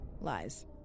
Lies